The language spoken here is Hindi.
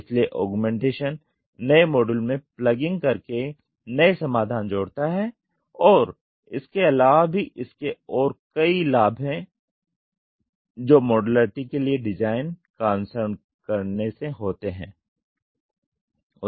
इसलिए ऑगमेंटशन नए मॉड्यूल में प्लगिंग करके नए समाधान जोड़ता हैं और इसके अलावा भी इसके और कई लाभ हैं जो मॉड्युलरिटी के लिए डिज़ाइन का अनुसरण करने से होते हैं